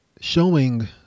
showing